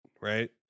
right